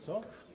Co?